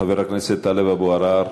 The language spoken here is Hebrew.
חבר הכנסת טלב אבו עראר,